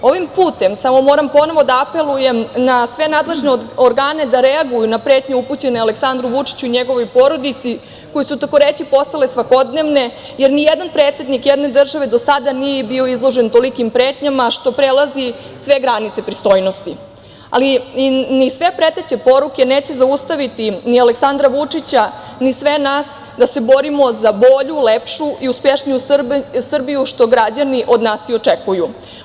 Ovim putem moram ponovo da apelujem na sve nadležne organe da reaguju na pretnje upućene Aleksandru Vučiću i njegovoj porodici koje su takoreći postale svakodnevne, jer ni jedan predsednik jedne države do sada nije bio izložen tolikim pretnjama, što prelazi sve granice pristojnosti, ali ni sve preteće poruke neće zaustaviti ni Aleksandra Vučića, ni sve nas da se borimo za bolju, lepšu i uspešniju Srbiju, što građani od nas i očekuju.